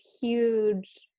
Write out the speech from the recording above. huge